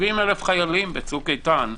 70,000 חיילים בצוק איתן.